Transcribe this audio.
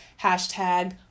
hashtag